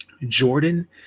Jordan